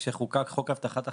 כשחוקק חוק הבטחת הכנסה,